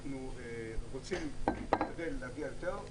אנחנו רוצים להשתדל להגיע יותר.